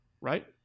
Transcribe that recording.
Right